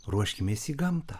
ruoškimės į gamtą